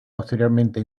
posteriormente